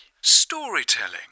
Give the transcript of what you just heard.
Storytelling